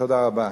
תודה רבה.